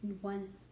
one